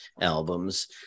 albums